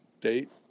Date